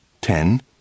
ten